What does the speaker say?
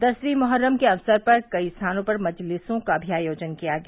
दसवीं मोहर्रम के अवसर पर कई स्थानों पर मजलिसों का भी आयोजन किया गया